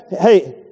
hey